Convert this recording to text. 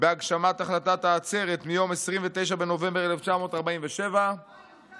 בהגשמת החלטת העצרת מיום 29 בנובמבר 1947 ותפעל